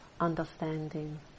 understanding